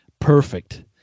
perfect